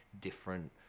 different